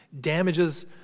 damages